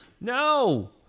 No